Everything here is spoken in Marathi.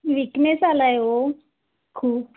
वीकनेस आला आहे ओ खूप